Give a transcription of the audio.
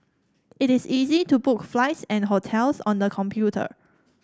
it is easy to book flights and hotels on the computer